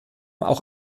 auch